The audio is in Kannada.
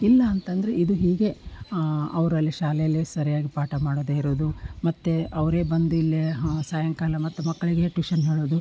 ಇಲ್ಲಾಂತಂದರೆ ಇದು ಹೀಗೆ ಅವರಲ್ಲಿ ಶಾಲೆಯಲ್ಲಿ ಸರಿಯಾಗಿ ಪಾಠ ಮಾಡದೇ ಇರೋದು ಮತ್ತು ಅವರೇ ಬಂದಿಲ್ಲಿ ಸಾಯಂಕಾಲ ಮತ್ತೆ ಮಕ್ಕಳಿಗೆ ಟ್ಯೂಷನ್ ಹೇಳೋದು